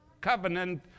covenant